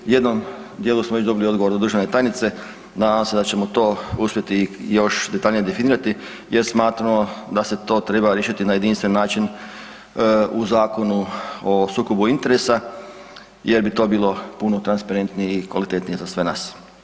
U jednom dijelu smo već dobili odgovor od državne tajnice, nadam se da ćemo to uspjeti još detaljnije definirati jer smatramo da se to treba riješiti na jedinstven način u Zakonu o sukobu interesa jer bi to bilo puno transparentnije i kvalitetnije za sve nas.